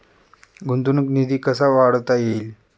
गुंतवणूक निधी कसा वाढवता येईल?